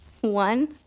One